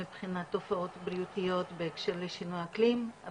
מבחינת תופעות בריאותיות, בהקשר לשינוי האקלים.